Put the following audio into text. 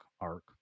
arc